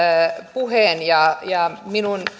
puheen ja ja minun